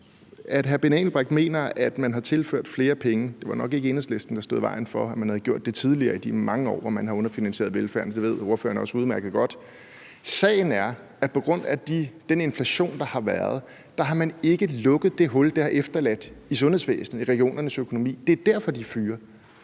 at hr. Benny Engelbrecht mener, at man har tilført flere penge. Det var nok ikke Enhedslisten, der stod i vejen for, at man havde gjort det tidligere, altså i de mange år, hvor man underfinansierede velfærden. Det ved ordføreren også udmærket godt. Sagen er, at på grund af den inflation, der har været, har man ikke lukket det hul, det har efterladt i sundhedsvæsenet og i regionernes økonomi. Det er derfor, de fyrer.